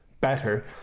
better